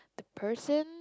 person